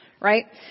right